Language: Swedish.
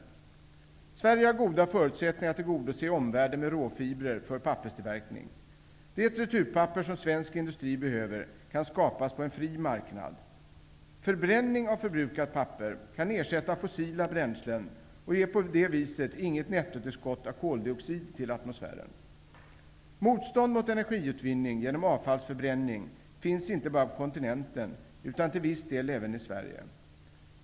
Sverige har goda förutsättningar att tillgodose omvärlden med råfibrer för papperstillverkning. Det returpapper som svensk industri behöver kan skapas på en fri marknad. Förbränning av förbrukat papper kan ersätta fossila bränslen och ger på det viset inget nettotillskott av koldioxid till atmosfären. Motstånd mot energiutvinning genom avfallsförbränning finns inte bara på kontinenten utan till viss del även i Sverige.